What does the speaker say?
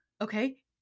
okay